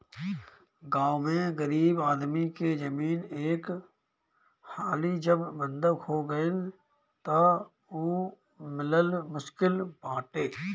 गांव में गरीब आदमी के जमीन एक हाली जब बंधक हो गईल तअ उ मिलल मुश्किल बाटे